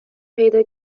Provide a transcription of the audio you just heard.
پیدا